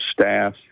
staff